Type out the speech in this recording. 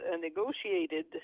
negotiated